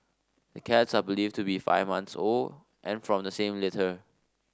the cats are believed to be five months old and from the same litter